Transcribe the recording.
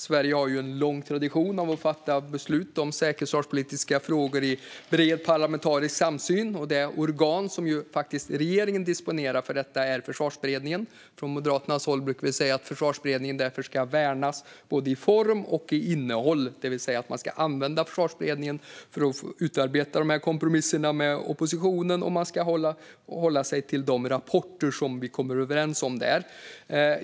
Sverige har en lång tradition av att fatta beslut om säkerhets och försvarspolitiska frågor i bred parlamentarisk samsyn, och det organ som regeringen disponerar för detta är Försvarsberedningen. Från Moderaternas håll brukar vi säga att Försvarsberedningen därför ska värnas både i form och i innehåll, det vill säga man ska använda Försvarsberedningen för att utarbeta kompromisser med oppositionen och man ska hålla sig till de rapporter vi kommer överens om där.